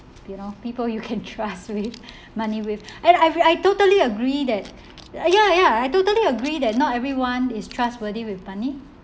you know people you can trust with money with and I've I totally agree that ya ya I totally agree that not everyone is trustworthy with money